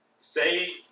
say